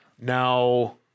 Now